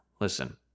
Listen